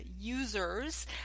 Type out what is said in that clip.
users